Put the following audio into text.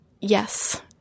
Yes